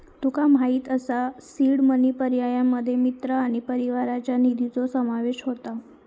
तुका माहित असा seed money पर्यायांमध्ये मित्र आणि परिवाराच्या निधीचो समावेश होता